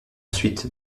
ensuite